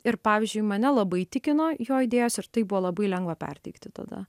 ir pavyzdžiui mane labai įtikino jo idėjos ir tai buvo labai lengva perteikti tada